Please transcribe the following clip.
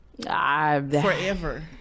forever